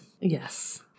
Yes